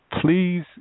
Please